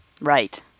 Right